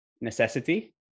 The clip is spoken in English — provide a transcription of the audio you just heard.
necessity